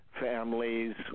families